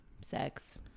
sex